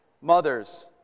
mothers